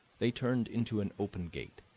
they turned into an open gate.